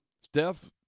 Steph